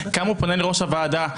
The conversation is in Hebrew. כמה הוא פונה לראש הוועדה,